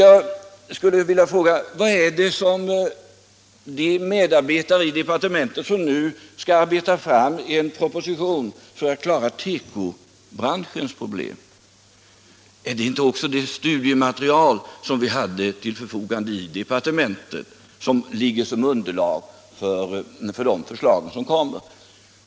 Jag skulle vilja fråga: Vilket material har medarbetarna i departementet för att arbeta fram en proposition för att klara tekobranschens problem? Är det inte det studiematerial som vi hade till förfogande i departementet som ligger som underlag för de förslag som kommer?